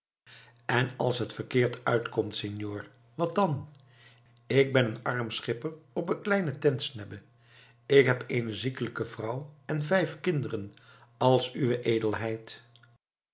en als het verkeerd uitkomt senor wat dan ik ben een arm schipper op eene kleine tentsnebbe ik heb eene ziekelijke vrouw en vijf kinderen als uwe edelheid